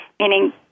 meaning